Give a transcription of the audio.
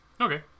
Okay